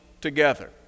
together